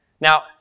Now